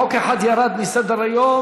חוק אחד ירד מסדר-היום.